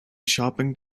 shopping